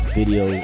video